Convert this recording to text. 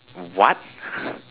what